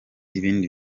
ibindi